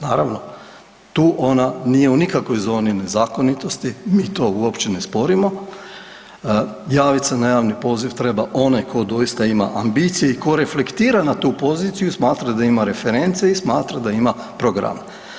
Naravno, tu ona nije u nikakvoj zoni nezakonitosti, mi to uopće ne sporimo, javiti se ja na javni poziv treba onaj tko doista ima ambicije i tko reflektira na tu poziciju, smatra da ima reference i smatra da ima program.